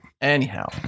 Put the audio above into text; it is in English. Anyhow